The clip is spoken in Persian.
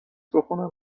بخونم